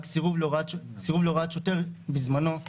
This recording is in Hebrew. רק סירוב להוראת שוטר בזמנו היוותה.